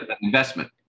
investment